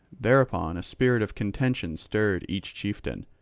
thereupon a spirit of contention stirred each chieftain,